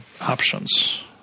options